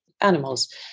animals